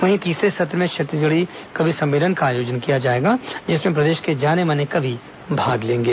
वहीं तीसरे सत्र में छत्तीसगढ़ी कवि सम्मेलन का आयोजन किया जाएगा जिसमें प्रदेश के जाने माने कवि भाग लेंगे